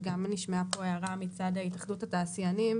נשמעה כאן הערה מהתאחדות התעשיינים.